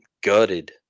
gutted